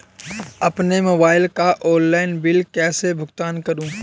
अपने मोबाइल का online bill कैसे भुगतान करूं?